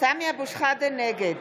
נגד